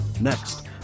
next